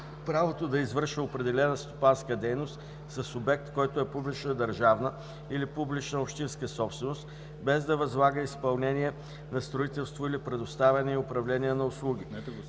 право да извършва определена стопанска дейност с обект, който е публична държавна или публична общинска собственост, без да възлага изпълнение на строителство или предоставяне и управление на услуги.